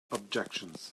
objections